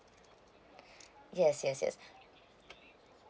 yes yes yes